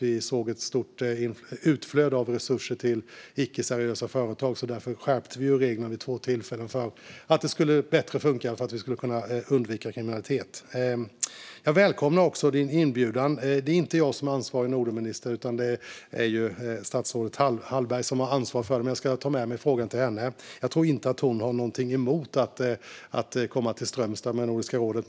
Vi såg ett stort utflöde av resurser till icke seriösa företag, och därför skärpte vi reglerna vid två tillfällen för att det skulle funka bättre och för att vi skulle kunna undvika kriminalitet. Jag välkomnar också din inbjudan. Det är inte jag som är ansvarig Nordenminister, utan det är statsrådet Hallberg som har ansvar för detta. Men jag ska ta med mig frågan till henne. Jag tror inte att hon har någonting emot att komma till Strömstad med Nordiska rådet.